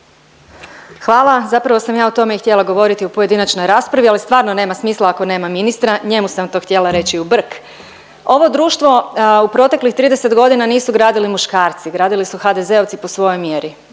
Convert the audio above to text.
Hvala. Zapravo sam ja o tome i htjela govoriti u pojedinačnoj raspravi, ali stvarno nema smisla kao nema ministra, njemu sam to htjela reći u brk. Ovo društvo u proteklih 30 godina nisu gradili muškarci, gradili su HDZ-ovci po svojoj mjeri